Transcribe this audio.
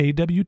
AWT